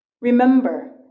Remember